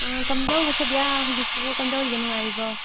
ꯀꯝꯗꯧꯕ ꯁꯗꯤꯌꯥ ꯍꯧꯖꯤꯛꯁꯤꯕꯣ ꯀꯝꯗꯧꯔꯤꯒꯦ ꯅꯨꯡꯉꯥꯏꯔꯤꯕꯣ